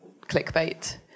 clickbait